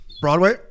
Broadway